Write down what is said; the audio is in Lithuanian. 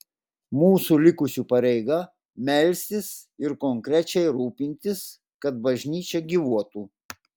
mūsų likusių pareiga melstis ir konkrečiai rūpintis kad bažnyčia gyvuotų